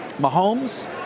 Mahomes